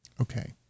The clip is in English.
okay